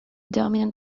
dominant